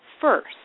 first